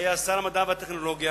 שהיה שר המדע והטכנולוגיה,